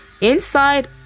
Inside